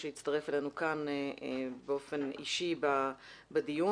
שהצטרף אלינו באופן אישי בדיון.